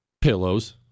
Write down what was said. Pillows